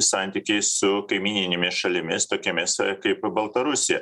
santykiai su kaimyninėmis šalimis tokiomis kaip baltarusija